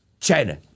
China